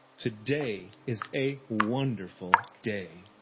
today is a wonderful day.